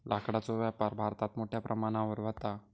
लाकडाचो व्यापार भारतात मोठ्या प्रमाणावर व्हता